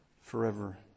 forever